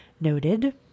noted